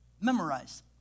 Memorize